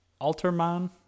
Alterman